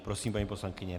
Prosím, paní poslankyně.